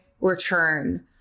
return